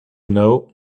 know